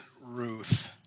Ruth